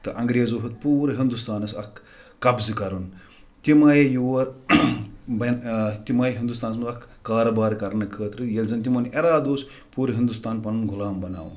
تہٕ انٛگریزو ہیوٚت پوٗرٕ ہِندُستانَس اَکھ قبضہٕ کَرُن تِم آیے یور بین تِم آے ہِندُستانَس منٛز اَکھ کارٕبارٕ کَرنہٕ خٲطرٕ ییٚلہِ زَن تِمَن اِرادٕ اوس پوٗرٕ ہِندُستان پَنُن غلام بَناوُن